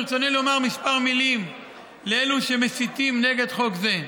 ברצוני לומר כמה מילים לאלו שמסיתים נגד חוק זה.